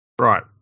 right